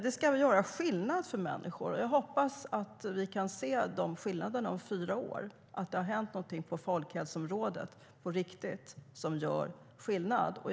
Det ska göra skillnad för människor. Jag hoppas att vi kan se de skillnaderna om fyra år och att det då har hänt något på folkhälsoområdet på riktigt.